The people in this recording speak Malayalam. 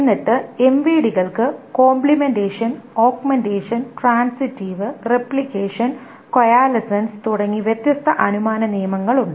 എന്നിട്ട് MVD കൾക്ക് complementation augmentation transitive replication coalescence തുടങ്ങിയ വ്യത്യസ്ത അനുമാന നിയമങ്ങളുണ്ട്